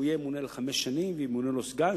שהוא יהיה ממונה לחמש שנים וימונה לו סגן,